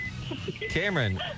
Cameron